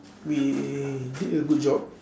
we did a good job